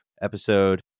episode